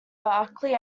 barkley